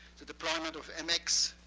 the deployment of mx,